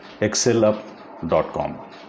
excelup.com